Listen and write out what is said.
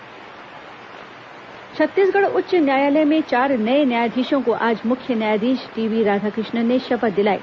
जज शपथ छत्तीसगढ़ उच्च न्यायालय में चार नए न्यायाधीशों को आज मुख्य न्यायाधीश टीबी राधाकृष्णन ने शपथ दिलाई